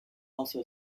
also